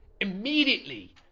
Immediately